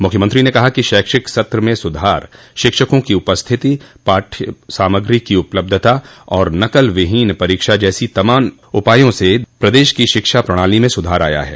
मुख्यमंत्री ने कहा कि शैक्षिक सत्र में सुधार शिक्षकों की उपस्थिति पाठ्य सामग्री की उपलब्धता और नकल विहीन परीक्षा जैसी तमाम उपायो से प्रदेश की शिक्षा प्रणाली में सुधार आया है